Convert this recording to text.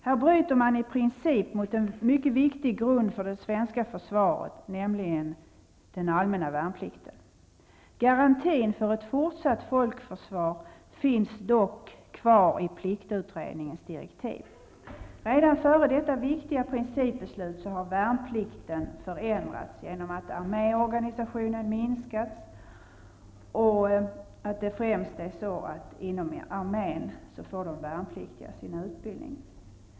Här bryter man i princip mot en mycket viktig grund för det svenska försvaret, nämligen den allmänna värnplikten. Garantin för ett fortsatt folkförsvar finns dock kvar i pliktutredningens direktiv. Redan före detta viktiga principbeslut har värnplikten förändrats genom att arméorganisationen har minskats. De värnpliktiga får sin utbildning främst inom armén.